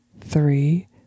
three